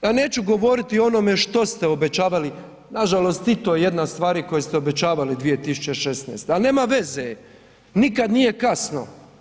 Ja neću govoriti o onome što ste obećavali, nažalost i to je jedna od stvari koje ste obećavali 2016., ali nema veze, nikad nije kasno.